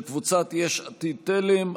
של קבוצת יש עתיד-תל"ם.